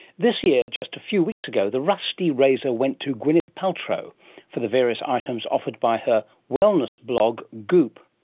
this year, just a few weeks ago, the rusty razor went to gwyneth paltrow for the various items offered by her wellness blog goop.